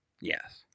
Yes